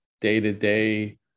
day-to-day